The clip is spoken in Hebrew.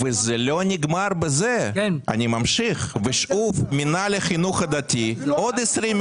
כאן אני רוצה להסביר ולומר שבמקום דמי אבטלה לעצמאים,